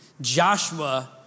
Joshua